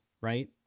right